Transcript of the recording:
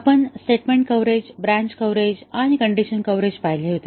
आपण statement coverage branch coverage आणि condition coverage पाहिले होते